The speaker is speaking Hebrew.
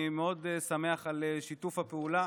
אני מאוד שמח על שיתוף הפעולה